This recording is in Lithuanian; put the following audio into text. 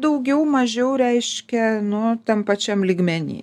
daugiau mažiau reiškia nu tam pačiam lygmeny